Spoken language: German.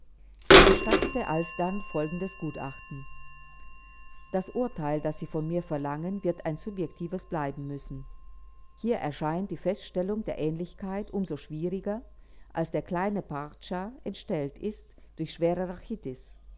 er erstattete alsdann folgendes gutachten das urteil das sie von mir verlangen wird ein subjektives bleiben müssen hier erscheint die feststellung der ähnlichkeit um so schwieriger als der kleine pracza entstellt ist durch schwere